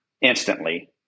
instantly